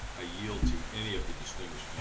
ah yield to any of the distinguished but